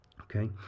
Okay